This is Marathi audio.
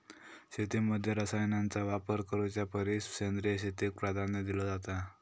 शेतीमध्ये रसायनांचा वापर करुच्या परिस सेंद्रिय शेतीक प्राधान्य दिलो जाता